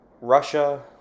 Russia